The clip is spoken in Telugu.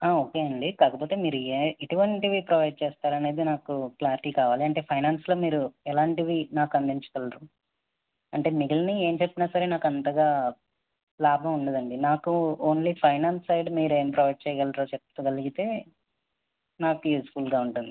ఆ ఓకే అండి కాకపోతే మీరు ఏ ఎటువంటివి ప్రొవైడ్ చేస్తారు అనేది నాకు క్లారిటీ కావాలి అంటే ఫైనాన్స్లో మీరు ఎలాంటివి నాకు అందించగలరు అంటే మిగిలినవి ఏం చెప్పినా సరే నాకు అంతగా లాభం ఉండదండి నాకు ఓన్లీ ఫైనాన్స్ సైడ్ మీరు ఏం ప్రొవైడ్ చేయగలరో చెప్పగలిగితే నాకు యూస్ఫుల్గా ఉంటుంది